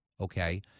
Okay